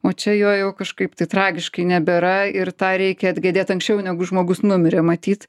o čia jo jau kažkaip tai tragiškai nebėra ir tą reikia atgedėt anksčiau negu žmogus numirė matyt